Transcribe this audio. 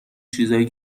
چیزای